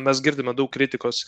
mes girdime daug kritikos